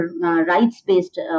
rights-based